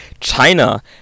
China